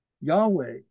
Yahweh